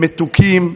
הם מתוקים,